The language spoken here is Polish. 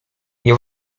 nie